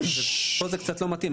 פה זה קצת לא מתאים.